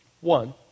one